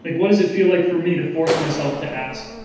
like what does it feel like for me to force myself to ask,